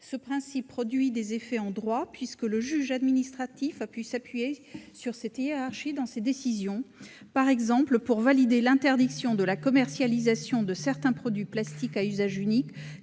déchets. Il produit des effets en droit, puisque le juge administratif a pu s'appuyer sur cette hiérarchie dans ses décisions, par exemple pour valider l'interdiction de la commercialisation de certains produits plastiques à usage unique,